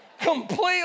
Completely